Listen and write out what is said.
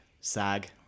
Sag